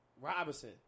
Robinson